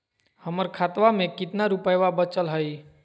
हमर खतवा मे कितना रूपयवा बचल हई?